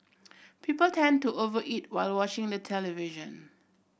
people tend to over eat while watching the television